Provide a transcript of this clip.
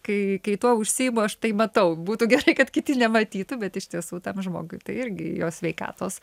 kai kai tuo užsiimu aš tai matau būtų gerai kad kiti nematytų bet iš tiesų tam žmogui tai irgi jo sveikatos